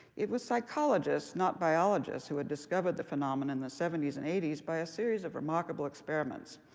it was psychologists, not biologists, who had discovered the phenomenon the seventy s and eighty s by a series of remarkable experiments.